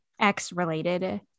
X-related